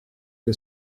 que